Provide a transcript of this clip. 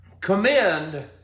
Commend